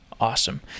Awesome